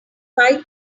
five